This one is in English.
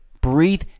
Breathe